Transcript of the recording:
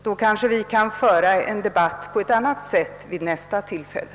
Då kanske vi kan föra debatten på ett annat sätt vid nästa tillfälle.